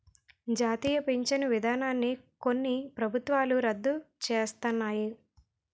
జాతీయ పించను విధానాన్ని కొన్ని ప్రభుత్వాలు రద్దు సేస్తన్నాయి